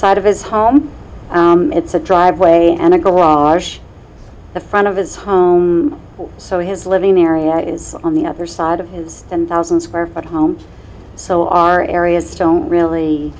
side of his home it's a driveway and a good wash the front of his home so his living area is on the other side of his and thousand square foot home so our areas don't really